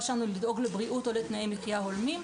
שלנו לדאוג לבריאות או לתנאי מחיה הולמים.